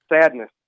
sadness